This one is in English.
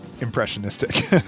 impressionistic